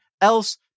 else